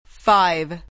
Five